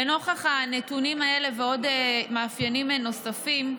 לנוכח הנתונים האלה ועוד מאפיינים נוספים,